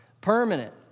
Permanent